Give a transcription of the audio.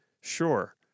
sure